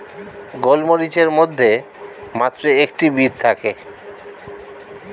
গোলমরিচের মধ্যে মাত্র একটি বীজ থাকে